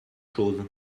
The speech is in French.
chose